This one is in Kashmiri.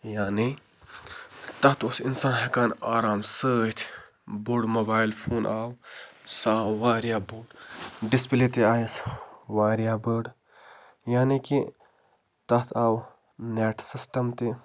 یعنی تتھ اوس اِنسان ہٮ۪کان آرام سۭتۍ بوٚڑ موبایِل فون آو سہ آو واریاہ بوٚڈ ڈِسپٕلَے تہِ آیَس واریاہ بٔڈ یعنی کہ تتھ آو نٮ۪ٹ سِسٹم تہِ